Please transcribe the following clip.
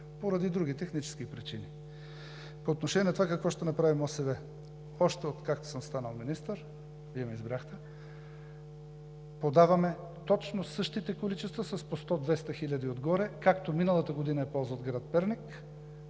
поради други технически причини. По отношение на това какво ще направи МОСВ. Още откакто съм станал министър, Вие ме избрахте, подаваме точно същите количества от по 100 – 200 хиляди отгоре, както миналата година е ползвал град Перник